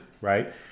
Right